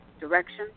direction